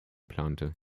plante